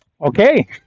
okay